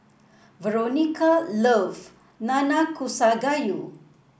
Veronica love Nanakusa Gayu